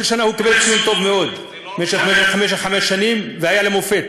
כל שנה הוא קיבל ציון טוב מאוד במשך חמש שנים והיה למופת.